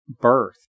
birth